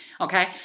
Okay